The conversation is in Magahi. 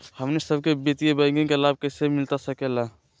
हमनी सबके वित्तीय बैंकिंग के लाभ कैसे मिलता सके ला?